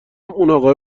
اقاهه